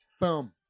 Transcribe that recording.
Boom